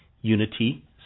unity